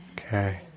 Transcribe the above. Okay